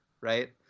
Right